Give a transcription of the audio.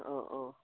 অঁ অঁ